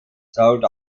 sold